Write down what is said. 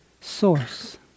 source